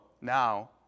now